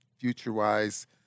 future-wise